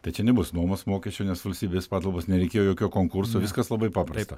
tai čia nebus nuomos mokesčio nes valstybės patalpos nereikėjo jokio konkurso viskas labai paprasta